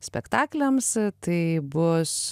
spektakliams tai bus